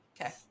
Okay